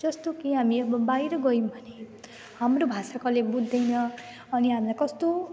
जस्तो कि हामी अब बाहिर गयौँ भने हाम्रो भाषा कसैले बुझ्दैन अनि हामीलाई कस्तो